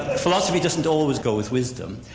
philosophy doesn't always go with wisdom.